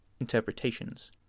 interpretations